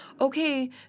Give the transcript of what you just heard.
okay